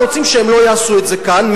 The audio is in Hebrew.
רוצים שהם לא יעשו את זה כאן,